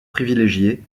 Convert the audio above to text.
privilégié